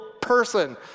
person